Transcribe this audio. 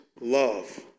love